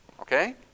Okay